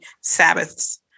Sabbaths